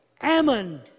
Ammon